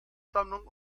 sammlung